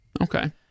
Okay